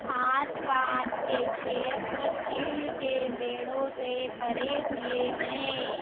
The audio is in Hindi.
आसपास के क्षेत्र चीड़ के पेड़ों से भरे हुए हैं